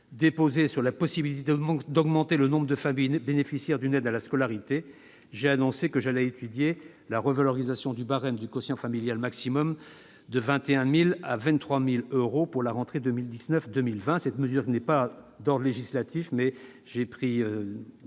déposés sur la possibilité d'augmenter le nombre de familles bénéficiaires d'une aide à la scolarité, j'ai annoncé que j'allais étudier la revalorisation du barème du quotient familial maximum de 21 000 à 23 000 euros pour la rentrée 2019-2020. Cette mesure n'est pas d'ordre législatif, mais je